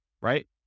right